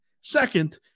second